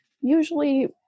Usually